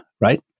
right